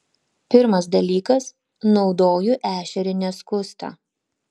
pirmas dalykas naudoju ešerį neskustą